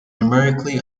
numerically